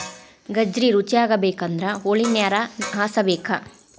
ಗಜ್ರಿ ರುಚಿಯಾಗಬೇಕಂದ್ರ ಹೊಳಿನೇರ ಹಾಸಬೇಕ